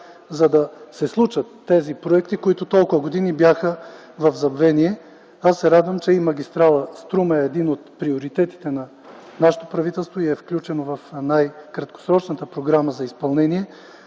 за да се случат тези проекти, които толкова години бяха в забвение. Аз се радвам, че магистрала „Струма” е един от приоритетите на нашето правителство и е включен в най-краткосрочната програма за изпълнение.